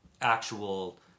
actual